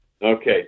Okay